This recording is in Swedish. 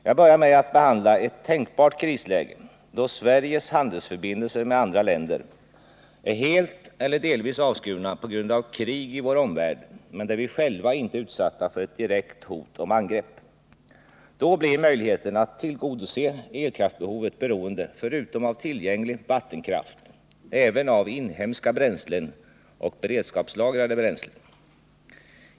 Jag börjar med att behandla ett tänkbart krisläge, då Sveriges handelsförbindelser med andra länder är helt eller delvis avskurna på grund av krig i vår omvärld, men där vi själva inte är utsatta för ett direkt hot om angrepp. Då blir möjligheten att tillgodose elkraftsbehovet beroende förutom av tillgänglig vattenkraft även av inhemska bränslen och beredskapslagrade bränslen.